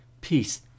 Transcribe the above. peace